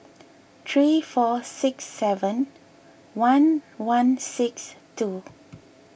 three four six seven one one six two